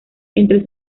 entre